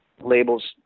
labels